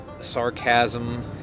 sarcasm